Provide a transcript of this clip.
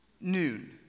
Noon